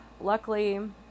luckily